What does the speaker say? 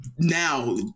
now